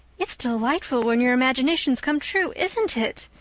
it's delightful when your imaginations come true, isn't it?